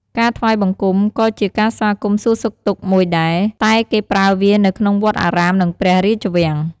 ការថ្វាយបង្គំក៏ជាការស្វាគមន៍សួរសុខទុក្ខមួយដែរ តែគេប្រើវានៅក្នុងវត្តអារាម និងព្រះរាជវាំង។